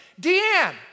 Deanne